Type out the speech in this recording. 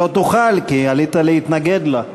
לא תוכל, כי עלית להתנגד לו.